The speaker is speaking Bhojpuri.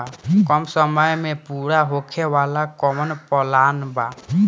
कम समय में पूरा होखे वाला कवन प्लान बा?